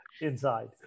inside